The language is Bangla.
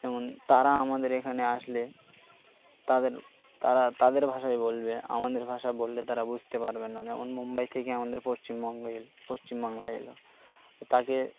যেমন তারা আমাদের এখানে আসলে তাদের তারা তাদের ভাষায় বলবে আমাদের ভাষা বললে তারা বুঝতে পারবে না যেমন মুম্বাই থেকে আমাদের পশ্চিমবঙ্গ এল পশ্চিমবাংলায় এলো তাকে